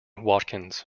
watkins